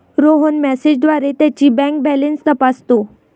रोहन मेसेजद्वारे त्याची bank balance तपासतो